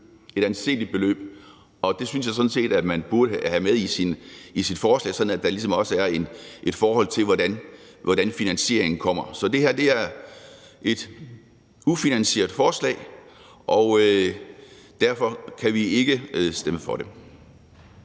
et anseligt beløb. Det synes jeg sådan set man burde have med i sit forslag, sådan at der ligesom også er et forslag til, hvordan finansieringen kommer. Så det her er et ufinansieret forslag, og derfor kan vi ikke stemme for det.